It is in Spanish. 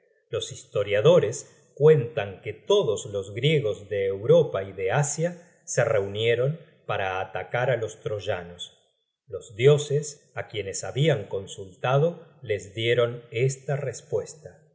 los historiadores cuentan que todos los griegos de europa y de asia se reunieron para atacar á los troyanos los dioses á quienes habian consultado les dieron esta respuesta